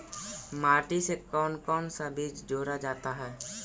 माटी से कौन कौन सा बीज जोड़ा जाता है?